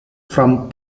from